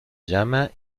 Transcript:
llama